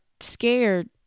scared